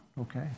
Okay